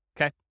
Okay